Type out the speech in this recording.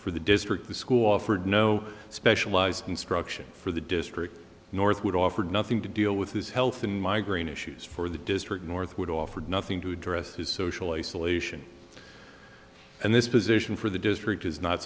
for the district the school offered no specialized instruction for the district northwood offered nothing to deal with his health and migraine issues for the district northwood offered nothing to address his social isolation and this position for the district is not